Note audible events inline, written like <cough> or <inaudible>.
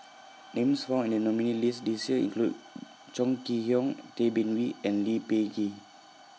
<noise> Names found in The nominees' list This Year include <hesitation> Chong Kee Hiong Tay Bin Wee and Lee Peh Gee